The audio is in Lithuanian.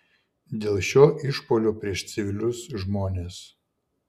dėl šio išpuolio prieš civilius žmones